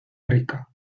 rica